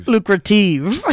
Lucrative